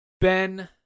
Ben